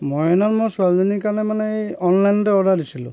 মই সেইদিনাখন মই ছোৱালীজনীৰ কাৰণে মানে অনলাইনতে অৰ্ডাৰ দিছিলোঁ